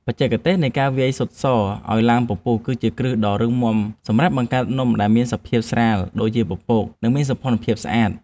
បច្ចេកទេសនៃការវាយស៊ុតសឱ្យឡើងពពុះ គឺជាគ្រឹះដ៏រឹងមាំសម្រាប់បង្កើតនំដែលមានសភាពស្រាលដូចជាពពក និងមានសោភ័ណភាពស្អាត។